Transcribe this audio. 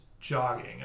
jogging